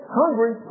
hungry